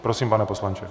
Prosím, pane poslanče.